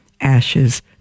ashes